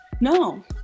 No